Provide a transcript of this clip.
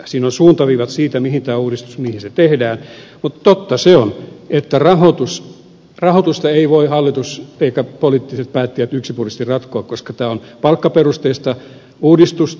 siinä on suuntaviivat siitä mihin tämä uudistus tehdään mutta totta se on että rahoitusta ei voi hallitus eivätkä poliittiset päättäjät yksipuolisesti ratkoa koska tämä on palkkaperusteista uudistusta